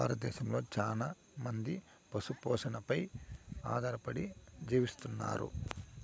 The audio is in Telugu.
భారతదేశంలో చానా మంది పశు పోషణపై ఆధారపడి జీవిస్తన్నారు